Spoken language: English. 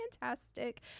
fantastic